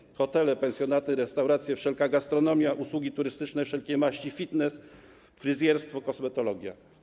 Chodzi o hotele, pensjonaty, restauracje, wszelką gastronomię, usługi turystyczne wszelkiej maści, fitness, fryzjerstwo, kosmetologię.